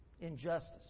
injustice